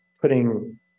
putting